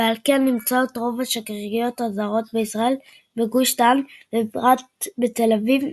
ועל כן נמצאות רוב השגרירויות הזרות בישראל בגוש דן ובפרט בתל אביב,